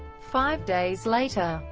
five days later,